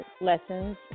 lessons